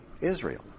Israel